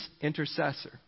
intercessor